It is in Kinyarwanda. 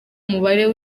mubare